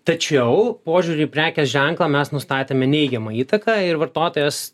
tačiau požiūriui į prekės ženklą mes nustatėme neigiamą įtaką ir vartotojas